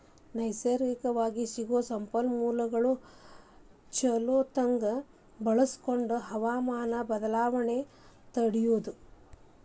ನೈಸರ್ಗಿಕವಾಗಿ ಸಿಗು ಸಂಪನ್ಮೂಲಾನ ಚುಲೊತಂಗ ಬಳಸಕೊಂಡ ಹವಮಾನ ಬದಲಾವಣೆ ತಡಿಯುದು